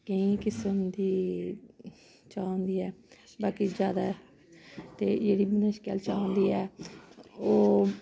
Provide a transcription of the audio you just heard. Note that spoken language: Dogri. केईं किसम दी चाह् होंदी ऐ बाकी जादै ते जेह्ड़ी बनशकें आह्ली चाह् होंदी ऐ ओह्